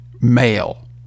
male